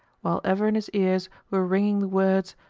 while ever in his ears were ringing the words,